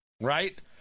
right